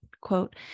quote